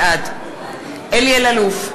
בעד אלי אלאלוף,